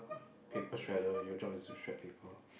paper shredder your job is to shred paper